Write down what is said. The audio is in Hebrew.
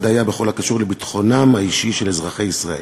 די בכל הקשור לביטחונם האישי של אזרחי ישראל.